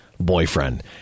boyfriend